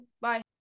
Bye